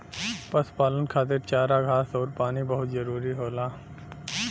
पशुपालन खातिर चारा घास आउर पानी बहुत जरूरी होला